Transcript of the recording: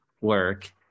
work